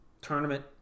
tournament